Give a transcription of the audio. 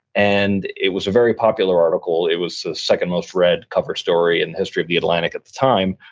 and it was a very popular article. it was the second most-read cover story in the history of the atlantic at the time.